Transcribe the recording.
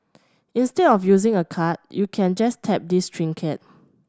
instead of using a card you can just tap this trinket